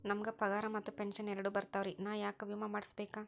ನಮ್ ಗ ಪಗಾರ ಮತ್ತ ಪೆಂಶನ್ ಎರಡೂ ಬರ್ತಾವರಿ, ನಾ ಯಾಕ ವಿಮಾ ಮಾಡಸ್ಬೇಕ?